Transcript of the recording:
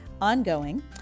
ongoing